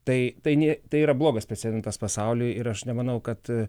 tai tai ne tai yra blogas precedentas pasauliui ir aš nemanau kad